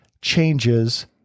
changes